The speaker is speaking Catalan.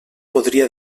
podria